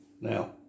Now